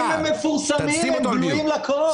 --- הנתונים מפורסמים וגלויים לכל.